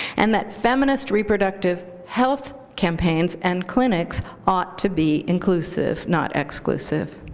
and that feminist reproductive health campaigns and clinics ought to be inclusive, not exclusive.